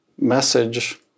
message